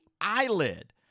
eyelid